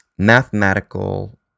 mathematical